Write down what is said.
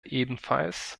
ebenfalls